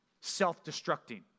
self-destructing